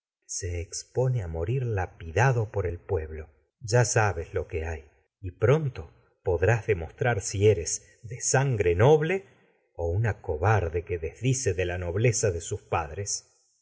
se expone a morir lapidado por el pueblo ya sabes lo que si de eres hay ble o y pronto podrás demostrar que de sangre no sus una cobarde desdice la nobleza de padres